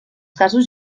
casos